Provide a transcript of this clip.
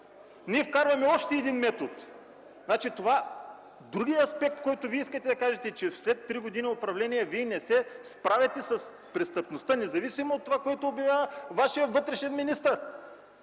ние вкарваме още един метод”. Другият аспект, който Вие искате да кажете, е, че след три години управление не се справяте с престъпността, независимо от това, което обявява вашият вътрешен министър.